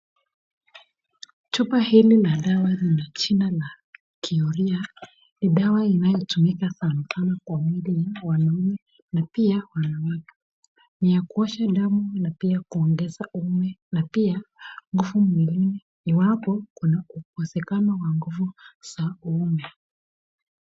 Chupa hili la dawa lenye jina la kihoria ,ni dawa inayotumika kwa mfano mwili wa mwanaume na pia wanawake . Ni ya kuosha dana na pia kuongeza uume na pia nguvu mwilini iwapo kuna hukosekano wa nguvu za kiume .